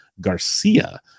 Garcia